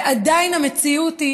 ועדיין המציאות היא